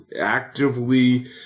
actively